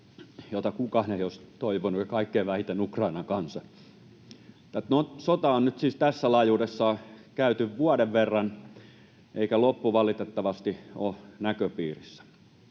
jota kukaan ei olisi toivonut ja kaikkein vähiten Ukrainan kansa. Tätä sotaa on nyt siis tässä laajuudessa käyty vuoden verran, eikä loppu valitettavasti ole näköpiirissä.